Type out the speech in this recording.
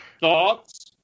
Thoughts